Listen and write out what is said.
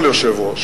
כל יושב-ראש,